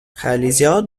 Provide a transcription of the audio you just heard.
réalisation